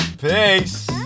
Peace